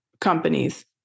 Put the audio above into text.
companies